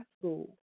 school